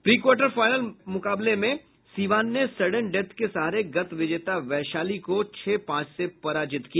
pre quarter मुकाबले में सीवान ने सडेन डेथ के सहारे गत विजेता वैशाली को छह पांच से पराजित किया